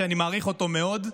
שאני מעריך אותו מאוד,